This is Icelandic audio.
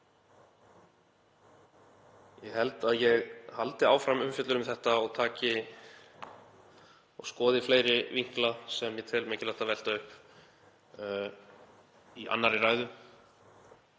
Ég held að ég haldi áfram umfjöllun um þetta og skoði fleiri vinkla sem ég tel mikilvægt að velta upp í annarri ræðu.